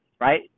right